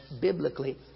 biblically